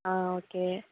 ஆ okay